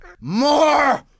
More